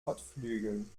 kotflügeln